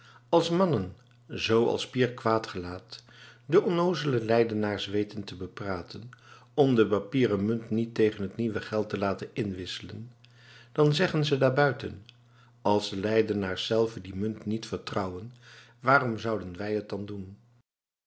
als mannen zooals pier quaet gelaet de onnoozele leidenaars weten te bepraten om de papieren munt niet tegen het nieuwe geld te laten inwisselen dan zeggen ze daar buiten als de leidenaars zelven die munt niet vertrouwen waarom zouden wij het dan doen